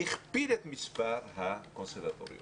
הכפיל את מספר הקונסרבטוריונים